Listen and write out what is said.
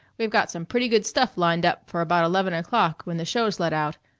we've got some pretty good stuff lined up for about eleven o'clock, when the shows let out.